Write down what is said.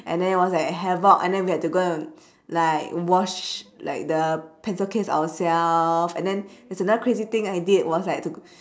and then it was like havoc and then we had to go and like wash like the pencil case ourselves and then there's another crazy thing I did was like to